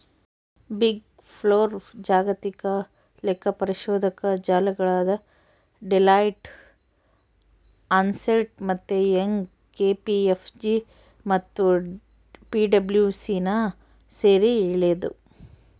big four ಜಾಗತಿಕ ಲೆಕ್ಕಪರಿಶೋಧಕ ಜಾಲಗಳಾದ ಡೆಲಾಯ್ಟ್, ಅರ್ನ್ಸ್ಟ್ ಮತ್ತೆ ಯಂಗ್, ಕೆ.ಪಿ.ಎಂ.ಜಿ ಮತ್ತು ಪಿಡಬ್ಲ್ಯೂಸಿನ ಸೇರಿ ಹೇಳದು